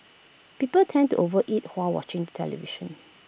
people tend to overeat while watching television